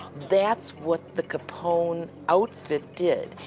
that's what the capone outfit did.